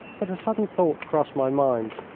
but a sudden thought crossed my mind.